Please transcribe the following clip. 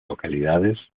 localidades